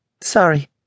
Sorry